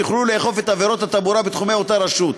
יוכלו לאכוף בגין עבירות התעבורה בתחומי אותה רשות.